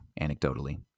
anecdotally